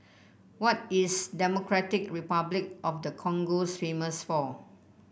what is Democratic Republic of the Congo famous for